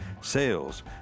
sales